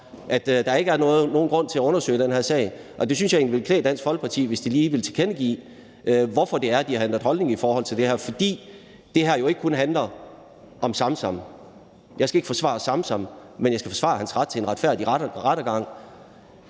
at der ikke er nogen grund til at undersøge den her sag. Jeg synes egentlig, at det ville klæde Dansk Folkeparti lige at tilkendegive, hvorfor det er, de har ændret holdning i forhold til det her. For det her handler jo ikke kun om Samsam. Jeg skal ikke forsvare Samsam, men jeg skal forsvare hans ret til en retfærdig rettergang.